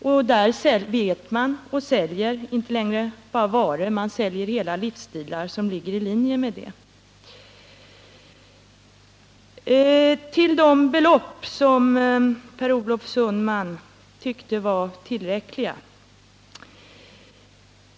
Och där säljer man inte längre bara varor — man säljer hela livsstilar som ligger i linje med varorna. Så några ord om de belopp som Per Olof Sundman tyckte var tillräckliga.